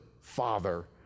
father